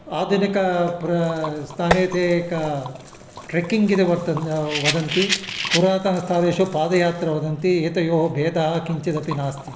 आधुनिकस्थाने ते एक ट्रक्किङ्ग् इति वर्तन्त् वदन्ति पुरातनस्थानेषु पादयात्रिकाः वदन्ति यत् याः भेदाः किञ्चिदपि नास्ति